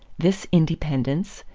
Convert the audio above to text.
this independence,